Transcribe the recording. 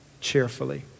cheerfully